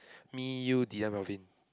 me you Dillon Melvin